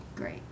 Great